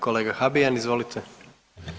Kolega Habijan, izvolite.